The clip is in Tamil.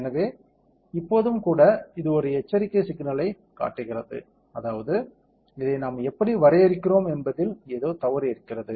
எனவே இப்போதும் கூட இது ஒரு எச்சரிக்கை சிக்னலைக் காட்டுகிறது அதாவது இதை நாம் எப்படி வரையறுக்கிறோம் என்பதில் ஏதோ தவறு இருக்கிறது